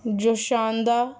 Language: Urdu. جوشاندہ